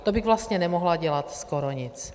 To bych vlastně nemohla dělat skoro nic.